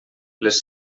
les